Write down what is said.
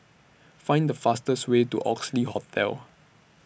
Find The fastest Way to Oxley Hotel